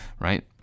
right